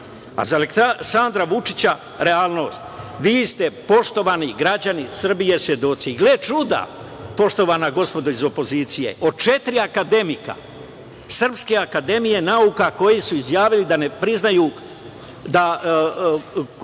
Aleksandra Vučića realnost. Vi ste, poštovani građani Srbije, svedoci. Gle čuda, poštovana gospodo iz opozicije, od četiri akademika Srpske akademije nauka koji su izjavili da ne priznaju